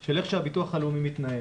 של איך שהביטוח הלאומי מתנהל.